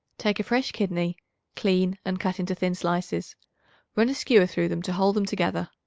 take a fresh kidney clean and cut into thin slices run a skewer through them to hold them together.